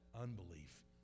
unbelief